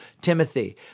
Timothy